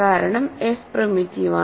കാരണം f primitive ആണ്